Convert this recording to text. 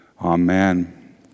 Amen